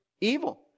evil